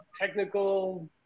technical